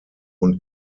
und